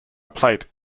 plate